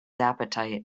appetite